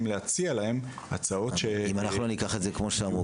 להציע להם הצעות --- אם אנחנו ניקח את זה כמו שאמרו פה,